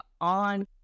on